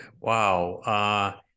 Wow